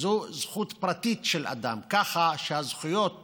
זו זכות פרטית של אדם, ככה שהזכויות